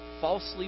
falsely